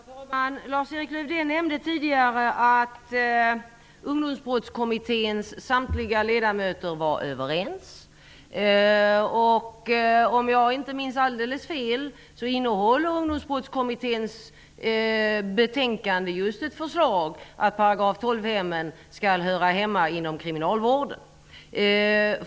Herr talman! Lars-Erik Lövdén nämnde tidigare att Ungdomsbrottskommitténs samtliga ledamöter var överens. Om jag inte minns alldeles fel innehåller Ungdomsbrottskommitténs betänkande just ett förslag att § 12-hemmen skall höra hemma inom kriminalvården.